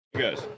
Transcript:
Guys